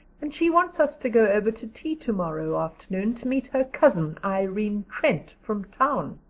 and she wants us to go over to tea tomorrow afternoon to meet her cousin, irene trent, from town.